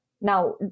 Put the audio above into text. Now